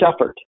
effort